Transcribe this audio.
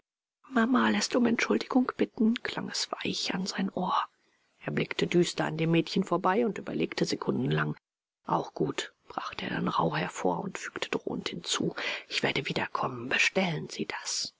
mama läßt um entschuldigung bitten klang es weich an sein ohr er blickte düster an dem mädchen vorbei und überlegte sekundenlang auch gut brachte er dann rauh hervor und fügte drohend hinzu ich werde wiederkommen bestellen sie das